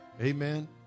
Amen